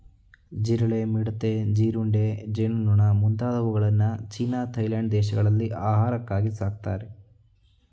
ಜಿರಳೆ, ಮಿಡತೆ, ಜೀರುಂಡೆ, ಜೇನುನೊಣ ಮುಂತಾದವುಗಳನ್ನು ಚೀನಾ ಥಾಯ್ಲೆಂಡ್ ದೇಶಗಳಲ್ಲಿ ಆಹಾರಕ್ಕಾಗಿ ಸಾಕ್ತರೆ